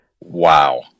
wow